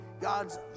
God's